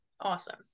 awesome